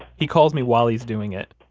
he calls me while he's doing it,